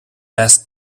best